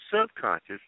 subconscious